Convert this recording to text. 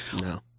No